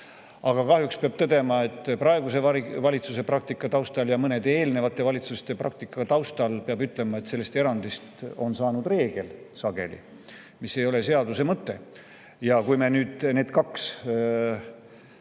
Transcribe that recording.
Aga kahjuks peab tõdema praeguse valitsuse praktika taustal ja mõnede eelnevate valitsuste praktika taustal, et sellest erandist on sageli saanud reegel, mis ei ole seaduse mõte. Ja kui me nüüd need kaks